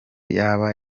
yaba